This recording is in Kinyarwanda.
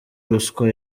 ruswa